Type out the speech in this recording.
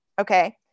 Okay